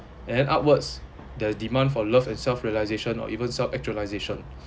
and upwards there demand for love and self realisation or even self actualisation